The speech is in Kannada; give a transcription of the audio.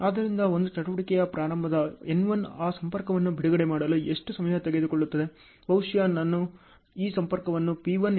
ಆದ್ದರಿಂದ ಒಂದು ಚಟುವಟಿಕೆಯ ಪ್ರಾರಂಭದಿಂದ N1 ಆ ಸಂಪರ್ಕವನ್ನು ಬಿಡುಗಡೆ ಮಾಡಲು ಎಷ್ಟು ಸಮಯ ತೆಗೆದುಕೊಳ್ಳುತ್ತದೆ ಬಹುಶಃ ನಾನು ಈ ಸಂಪರ್ಕವನ್ನು P1 ಎಂದು ಕರೆಯಬಹುದು ಇದು ನಿಯತಾಂಕವನ್ನು ಪಡೆಯುತ್ತದೆ